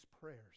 prayers